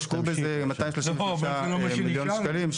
הושקעו בזה 236 מיליון שקלים,